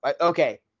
okay